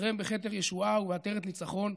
ויעטרם בכתר ישועה ובעטרת ניצחון.